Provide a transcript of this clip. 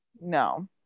no